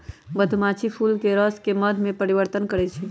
मधुमाछी फूलके रसके मध में परिवर्तन करछइ